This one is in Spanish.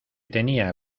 tenía